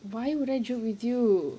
why would I joke with you